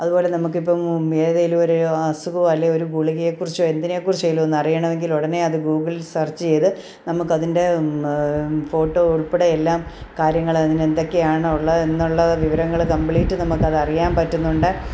അതുപോലെ നമുക്ക് ഇപ്പം ഏതെങ്കിലും ഒരു അസുഖമോ അല്ലെങ്കിൽ ഒരു ഗുളികയെക്കുറിച്ചോ എന്തിനെ കുറിച്ചെങ്കിലും ഒന്ന് അറിയണമെങ്കിൽ ഉടനെ അത് ഗൂഗിളിൽ സർച്ച് ചെയ്ത് നമുക്ക് അതിൻ്റെ ഫോട്ടോ ഉൾപ്പെടെ എല്ലാം കാര്യങ്ങളതിന് എന്തൊക്കെയാണ് ഉള്ളെത് എന്നുള്ള വിവരങ്ങൾ കംപ്ലീറ്റ് നമുക്ക് അതറിയാൻ പറ്റുന്നുണ്ട്